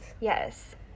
Yes